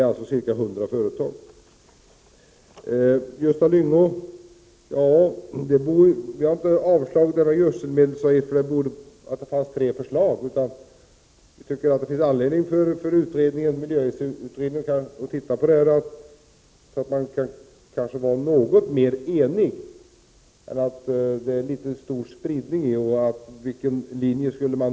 Jag vill säga till Gösta Lyngå att vi inte avstyrkte förslaget om gödselmedelsavgift på grund av att det fanns tre förslag. Vi tyckte att det fanns anledning för miljöavgiftsutredningen att titta på det här, så att vi skulle kunna bli något mer eniga. Med denna stora spridning var det svårt att avgöra vilken linje man skulle följa.